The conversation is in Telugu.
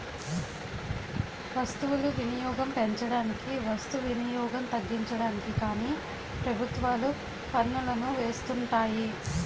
వస్తువులు వినియోగం పెంచడానికి వస్తు వినియోగం తగ్గించడానికి కానీ ప్రభుత్వాలు పన్నులను వేస్తుంటాయి